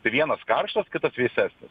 tai vienas karštas kitas vėsesnis